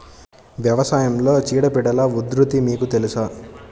వ్యవసాయంలో చీడపీడల ఉధృతి మీకు తెలుసా?